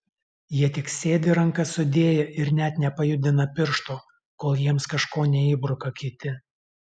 jie tik sėdi rankas sudėję ir net nepajudina piršto kol jiems kažko neįbruka kiti